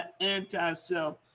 anti-self